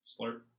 Slurp